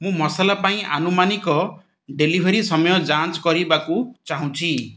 ମୁଁ ମସଲା ପାଇଁ ଆନୁମାନିକ ଡେଲିଭରି ସମୟ ଯାଞ୍ଚ କରିବାକୁ ଚାହୁଁଛି